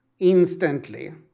instantly